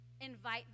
Invite